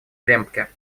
лембке